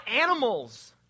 animals